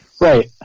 Right